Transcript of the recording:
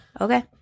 Okay